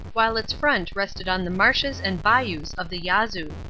while its front rested on the marshes and bayous of the yazoo.